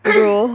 bro